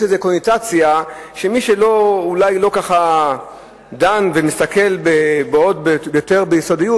יש לזה קונוטציה שמי שאולי לא דן ומסתכל יותר ביסודיות,